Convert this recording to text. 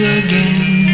again